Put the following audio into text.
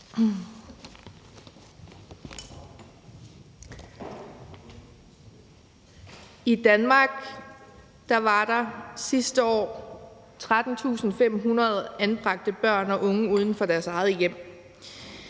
I Danmark var der sidste år 13.500 børn og unge anbragt uden for deres eget hjem.